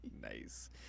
Nice